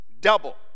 Double